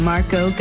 Marco